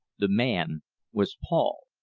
the man was paul.